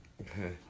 Okay